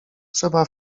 trzeba